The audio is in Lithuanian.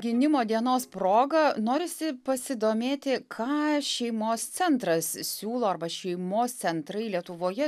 gynimo dienos proga norisi pasidomėti ką šeimos centras siūlo arba šeimos centrai lietuvoje